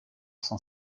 s’en